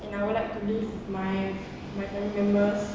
and I would like to live with my my family members